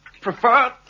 prefer